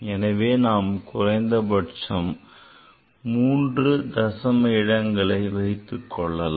எனவே நாம் குறைந்தபட்சம் 3 தசம இடங்களை வைத்துக்கொள்ளலாம்